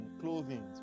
clothing